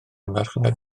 marchnad